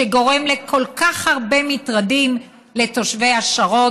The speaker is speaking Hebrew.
שגורם לכל כך הרבה מטרדים לתושבי השרון,